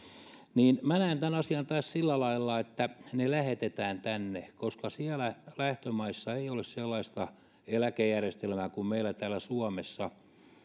minä näen tämän asian taas sillä lailla että heidät lähetetään tänne siellä lähtömaissa ei ole sellaista eläkejärjestelmää kuin meillä täällä suomessa